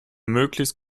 möglichst